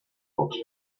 box